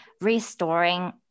restoring